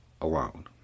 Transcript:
alone